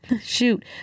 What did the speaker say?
Shoot